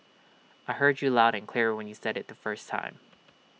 I heard you loud and clear when you said IT the first time